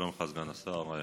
שלום לך, סגן השר.